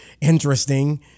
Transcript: interesting